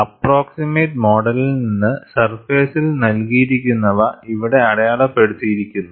approximate മോഡലിൽ നിന്ന് സർഫേസിൽ നൽകിയിരിക്കുന്നവ ഇവിടെ അടയാളപ്പെടുത്തിയിരിക്കുന്നു